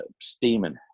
steaming